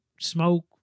smoke